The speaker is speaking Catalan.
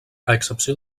excepció